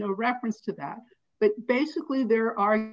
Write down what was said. no reference to that but basically there are